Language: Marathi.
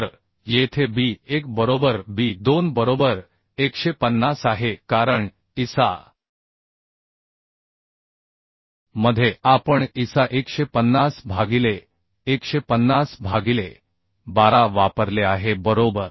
तर येथे b1 बरोबर b2 बरोबर 150 आहे कारण ISA मध्ये आपण ISA 150 भागिले 150 भागिले 12 वापरले आहे बरोबर